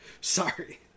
Sorry